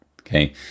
Okay